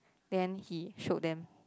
then he showed them